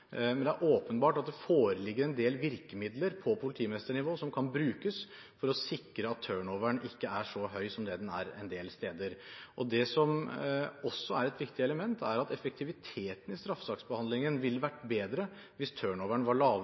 Men det er helt åpenbart at det foreligger en del virkemidler på politimesternivå som kan brukes for å sikre at turnoveren ikke er så høy som den er en del steder. Det som også er et viktig element, er at effektiviteten i straffesaksbehandlingen ville vært bedre hvis turnoveren var